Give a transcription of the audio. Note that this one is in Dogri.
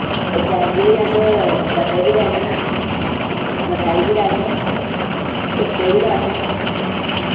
ते देआलिये बी अस डब्बे बी लैन्ने मठेआई बी लैन्ने टिक्के बी लोआन्ने